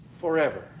forever